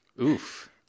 Oof